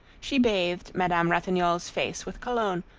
she bathed madame ratignolle's face with cologne,